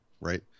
right